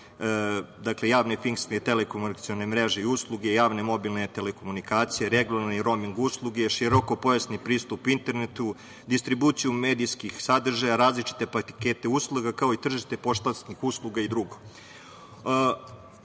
bavi javne fiksne telekomunikacione mreže i usluge, javne mobilne telekomunikacije, regularne roming usluge, široko pojasni pristup internetu, distribuciju medijskih sadržaja, različite pakete usluga kao i tržište poštanskih usluga i